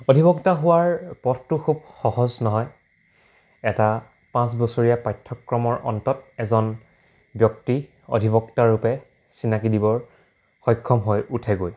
অধিবক্তা হোৱাৰ পথটো খুব সহজ নহয় এটা পাঁচ বছৰীয়া পাঠ্যক্ৰমৰ অন্তত এজন ব্যক্তি অধিবক্তা ৰূপে চিনাকি দিবৰ সক্ষম হৈ উঠেগৈ